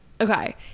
Okay